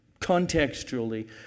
contextually